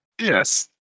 Yes